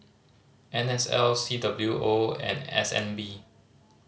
N S L C W O and S N B